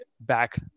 back